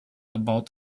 about